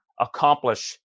accomplish